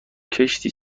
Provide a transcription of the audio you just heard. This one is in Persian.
کشتی